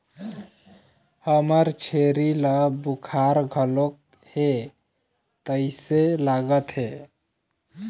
हमर छेरी ल बुखार घलोक हे तइसे लागत हे